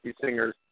singers